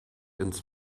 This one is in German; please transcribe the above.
ins